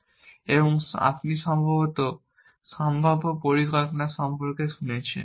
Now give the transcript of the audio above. সুতরাং আপনি সম্ভবত সম্ভাব্য পরিকল্পনা সম্পর্কে শুনেছেন